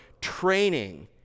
training